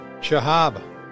Shahab